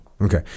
Okay